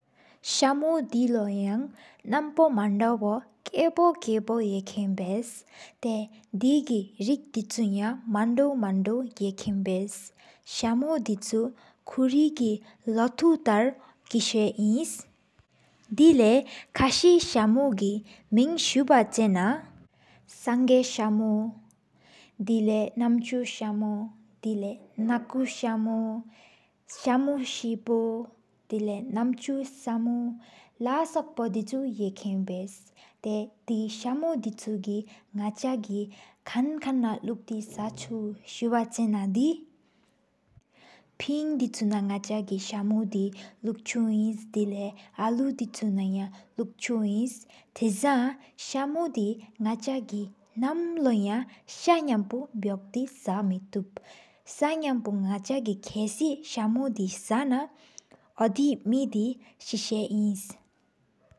སཀོ་ས་ལོ་ཡང་ནམ་པོ་མང་ཏོག་ཨིན་ལྷ། ཀཔོ་ཀཔོ་ཡེ་རྒྱུན་བརྟེན་ཏེ་བདེ་གི་སྒྲིག་ལོད་རིང་ཧ། མང་ཐོག་མང་ཐོག་ཡེ་རྒྱུན་བརྟེན། སཀོ་ས་བདེ་བདན་མི་གི་ལོ་ཐོག་དེ་ཡང་མཛད་ཡོད། བདེ་ལོ་ཀས་ཤུས་སཀོ་སི་སོགས་ཡི་མིང་གསེར་བྱ་ཅིག་ནང་ཡིན། སངས་རྡུལ་སུས་ཀྱིས་དེ་མི་དགོལ་སོལ་སཀོ་བཤད་དེ་མི་ཡིན་ཞག་ཉི་རུག་རིས། དེ་འོ་ཞུས་སངས་རྡུལ་སུ་སྲུང་དག་ས་རིསས་སངས་རྩེེ། སྲུང་དག་ས་རིམའི་ངོ་ལེངསོ། དགུ་ལོ་ཧྲི་ས་མཐོན་གས་སྨི་དེལ་གསོ་བར། དེ་ན་ལོས་ཤར་རྟེས་མཐུག་མི་གྲིང་གར་གྲིང། གསང་ལུགས་ཟམས་ལགས་ཉམ་ན་དེ་ཨིན་འདུག། ས་མའི་དེ་ལུས་རྩོ་བས་ཕན་དེ་ལོ་ག་མཚུག་ཨིན། ལུས་ཚོ་མའི་སློབ་སར་སཏོག་བཀྲ་ཤིས་སཀོ་ས་དགའ་དཀའ་བག་ཨིན། སུ་ས་ལའི་རོལ་པོ་སེམས་ས་རིི། ཨོཔས་ཤམ།